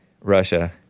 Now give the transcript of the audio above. Russia